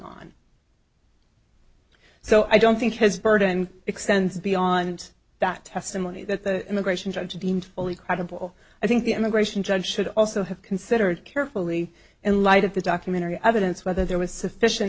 on so i don't think his burden extends beyond that testimony that the immigration judge deemed only credible i think the immigration judge should also have considered carefully and light of the documentary evidence whether there was sufficient